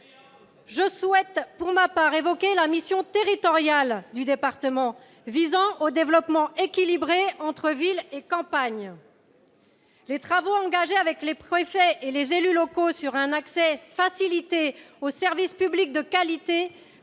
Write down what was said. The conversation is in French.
Je souhaite, pour ma part, évoquer la mission territoriale de l'assemblée départementale, qui vise au développement équilibré entre ville et campagne. Les travaux engagés avec les préfets et les élus locaux pour un accès facilité aux services publics de qualité